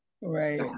Right